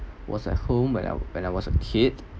was at home when I when I was a kid